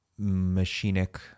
machinic